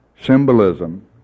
symbolism